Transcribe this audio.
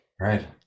Right